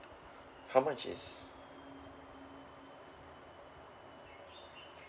how much is